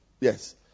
Yes